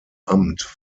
amt